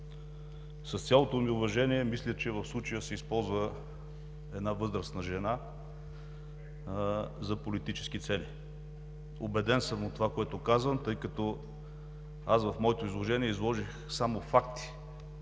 С цялото ми уважение, мисля, че в случая се използва една възрастна жена за политически цели. Убеден съм в това, което казвам, тъй като аз изложих само факти,